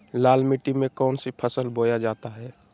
लाल मिट्टी में कौन सी फसल बोया जाता हैं?